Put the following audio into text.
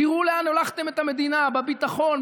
תראו לאן הולכתם את המדינה בביטחון,